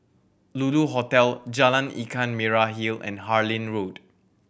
Lulu Hotel Jalan Ikan Merah Hill and Harlyn Road